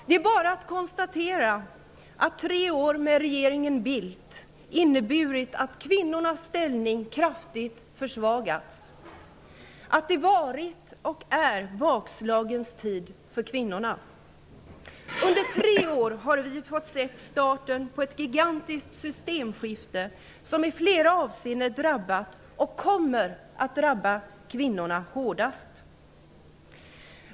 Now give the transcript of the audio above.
Det är bara att konstatera att tre år med regeringen Bildt inneburit att kvinnornas ställning kraftigt försvagats och att det har varit och är bakslagens tid för kvinnorna. Under tre år har vi nu sett starten på ett gigantiskt systemskifte, som i flera avseenden har drabbat och kommer att drabba kvinnorna hårdast.